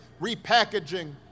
repackaging